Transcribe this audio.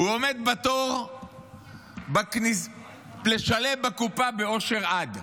הוא עומד בתור לשלם בקופה באושר עד,